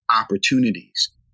opportunities